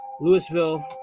Louisville